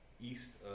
east